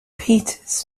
peters